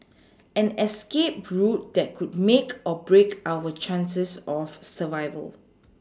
an escape route that could make or break our chances of survival